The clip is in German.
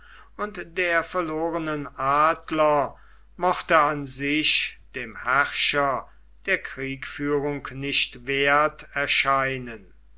und der verlorenen adler mochte an sich dem herrscher der kriegführung nicht wert erscheinen